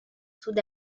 sud